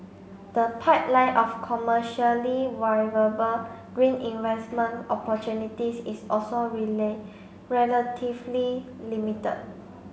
the pipeline of commercially viable green investment opportunities is also relatively limited